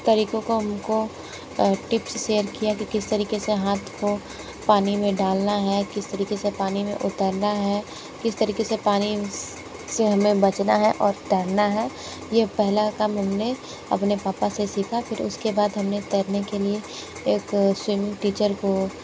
तरीक़ों को हम को टिप्स शेयर किया कि किस तरीक़े से हाथ को पानी में डालना है किस तरीक़े से पानी में उतरना है किस तरीक़े से पानी से हमें बचना है और तैरना है ये पहला काम हम ने अपने पापा से सीखा फिर उसके बाद हम ने तैरने के लिए एक स्विम टीचर को